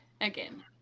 again